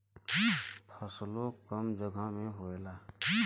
फसलो कम जगह मे होएला